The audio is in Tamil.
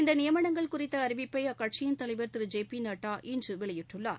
இந்த நியமனங்கள் குறித்த அறிவிப்பை அக்கட்சியின் தலைவர் திரு ஜே பி நட்டா இன்று வெளியிட்டுள்ளார்